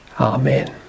Amen